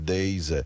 Days